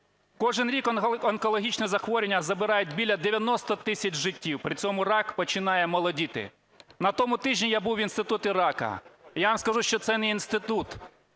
Кожен рік онкологічні захворювання забирають біля 90 тисяч життів, при цьому рак починає молодіти. На тому тижні я був в Інституті раку, я вам скажу, що це не інститут,